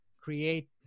create